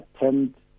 attempt